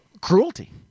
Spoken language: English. Cruelty